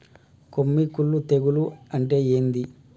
కొమ్మి కుల్లు తెగులు అంటే ఏంది?